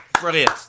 Brilliant